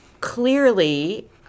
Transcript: clearly